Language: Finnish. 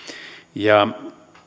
ja